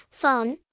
Phone